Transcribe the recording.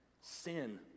sin